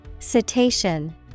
Cetacean